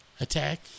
attack